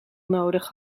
nodig